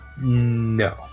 No